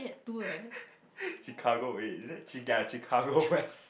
Chicago eh is that Chi~ Chicago west